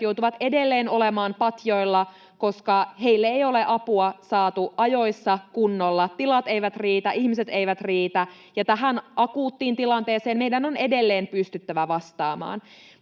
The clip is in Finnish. joutuvat edelleen olemaan patjoilla, koska heille ei ole apua saatu ajoissa, kunnolla. Tilat eivät riitä, ihmiset eivät riitä, ja tähän akuuttiin tilanteeseen meidän on edelleen pystyttävä vastaamaan.